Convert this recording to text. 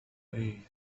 لديه